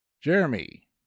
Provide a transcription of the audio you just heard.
Jeremy